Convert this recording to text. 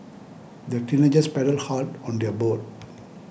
the teenagers paddled hard on their boat